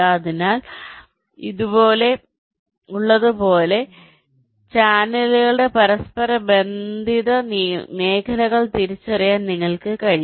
അതിനാൽ ഇവിടെയുള്ളതുപോലുള്ള ചാനലുകളുടെ പരസ്പരബന്ധിത മേഖലകൾ തിരിച്ചറിയാൻ നിങ്ങൾക്ക് കഴിയും